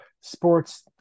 sports